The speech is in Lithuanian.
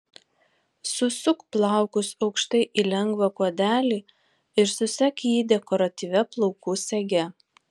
susuk plaukus aukštai į lengvą kuodelį ir susek jį dekoratyvia plaukų sege